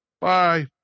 Bye